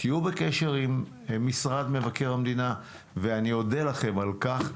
תהיו בקשר עם משרד מבקר המדינה ואני אודה לכם על כך.